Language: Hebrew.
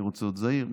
אני רוצה להיות זהיר,